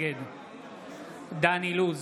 נגד דן אילוז,